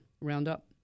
Roundup